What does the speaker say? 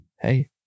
Hey